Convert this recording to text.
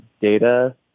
data